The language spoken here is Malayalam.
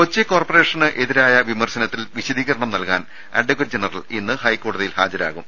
കൊച്ചി കോർപറേഷന് എതിരായ വിമർശനത്തിൽ വിശദീ കരണം നൽകാൻ അഡ്വക്കറ്റ് ജനറൽ ഇന്ന് ഹൈക്കോ ടതിയിൽ ഹാജരാകും